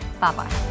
bye-bye